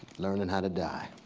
learning how to die,